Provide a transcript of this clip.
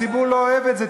הציבור לא אוהב את זה.